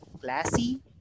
classy